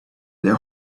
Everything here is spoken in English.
their